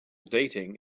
dating